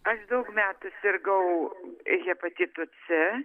aš daug metų sirgau hepatitu c